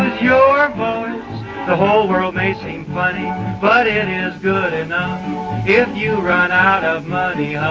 your whole world may seem funny but it is good enough if you run out of money yeah